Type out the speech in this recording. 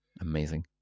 Amazing